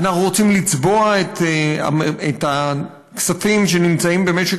אנחנו רוצים לצבוע את הכספים שנמצאים במשק